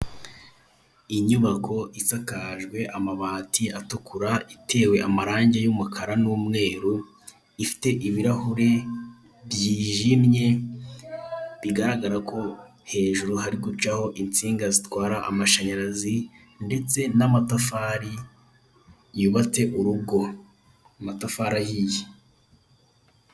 Inyubako isakajwe amabati atukura, itewe amarange y'umukara n'umweru, ifite ibirahure byijimye. Bigaragara ko hejuru hari gucaho insinga zitwara amamshanyarazi ndetse n'amatafari yubatse urugo amatafari ahiye.